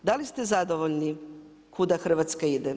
Da li ste zadovoljni kuda Hrvatska ide?